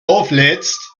auflädst